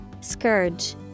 Scourge